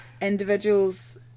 individuals